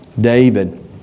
David